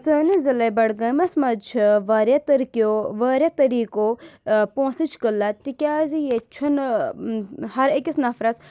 سٲنِس ضِلعے بڈگٲمس منٛز چھِ واریاہ طٔرکیو واریاہ طٔریٖقو پونٛسٕچ قلعت تِکیازِ ییٚتہِ چھُنہٕ ہر أکِس نفرَس